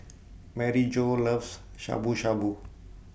Maryjo loves Shabu Shabu